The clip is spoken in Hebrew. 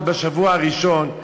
עוד בשבוע הראשון,